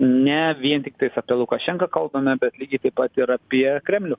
ne vien tiktais apie lukašenką kalbame bet lygiai taip pat ir apie kremlių